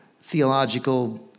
theological